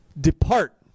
depart